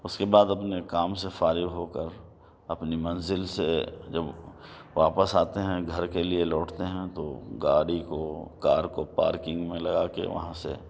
اس کے بعد اپنے کام سے فارغ ہوکر اپنی منزل سے جب واپس آتے ہیں گھر کے لیے لوٹتے ہیں تو گاڑی کو کار کو پارکنگ میں لگا کے وہاں سے